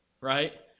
right